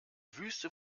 wüste